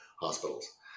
hospitals